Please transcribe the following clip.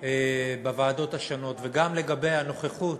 בוועדות השונות וגם לגבי הנוכחות